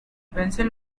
pencil